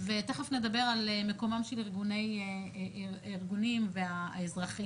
ותכף נדבר על מקומם של הארגונים האזרחיים